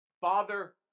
Father